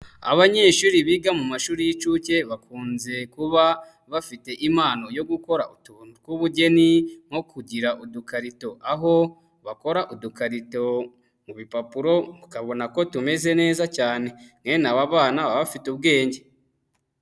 Abanyeshuri biga mu mashuri y'inshuke bakunze kuba bafite impano yo gukora utuntu tw'ubugeni, nko kugira udukarito, aho bakora udukarito mu bipapuro, ukabona ko tumeze neza cyane, mwene aba bana baba bafite ubwenge.